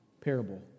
parable